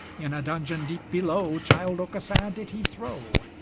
in a dungeon deep below childe aucassin did he throw.